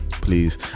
please